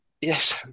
Yes